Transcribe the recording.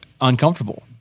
uncomfortable